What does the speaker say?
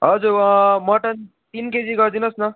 हजुर मटन तिन केजी गरिदिनुहोस् न